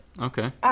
Okay